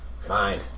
Fine